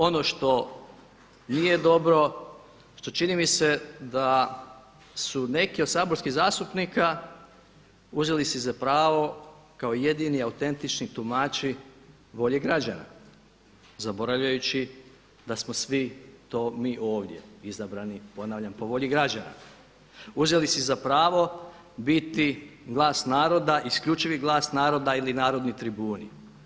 Ono što nije dobro, što čini mi se da su neki od saborskih zastupnika uzeli si za pravo kao jedini autentični tumači volje građana zaboravljajući da smo svi to mi ovdje izabrani ponavljam po volji građana uzeli si za pravo biti glas naroda, isključivi glas naroda ili narodni tribuni.